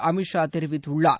அமித் ஷா தெரிவித்துள்ளார்